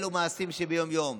אלה מעשים שביום-יום.